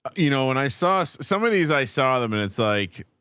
you know, and i saw some of these, i saw them and it's like,